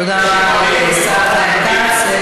תודה רבה לשר חיים כץ.